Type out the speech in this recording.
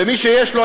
ומי שיש לו,